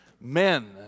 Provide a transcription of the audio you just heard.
men